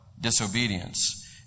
disobedience